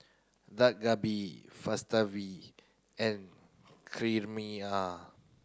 Dak Galbi Falafel and